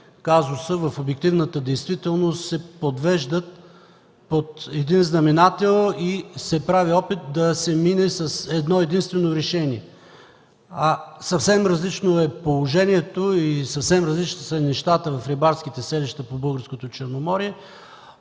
казуса в обективната действителност се подвеждат под един знаменател и се прави опит да се мине с едно-единствено решение. Съвсем различно е положението и съвсем различни са нещата в рибарските селища по българското Черноморие